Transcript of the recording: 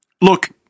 Look